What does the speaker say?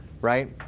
right